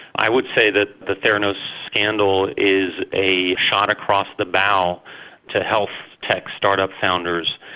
i would say that the theranos scandal is a shot across the bow to health tech startup founders,